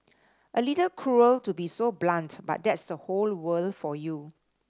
a little cruel to be so blunt but that's the whole world for you